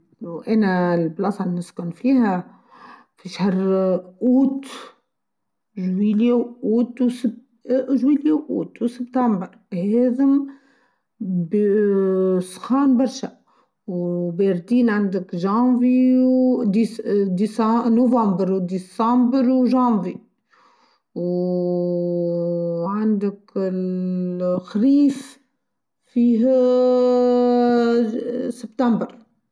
ااا أنا البلاصه إلي نسكن فيها في شهر أوت جويليا و أوت ، جويليا و أوت و سبتمبر هاذم بسخان برشا و بردين عندي في جونڤي و ديسا نوفمبير و ديسامبر و جانڤي و ااا عندك ال ااا الخريف فيهاااااا سبتمبر.